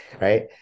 right